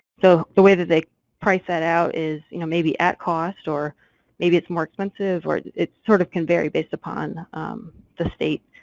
so the way that they price that out is you know maybe at cost or maybe it's more expensive, or it's sort of can vary based upon the state